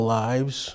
lives